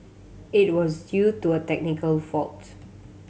it was due to a technical fault